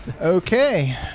Okay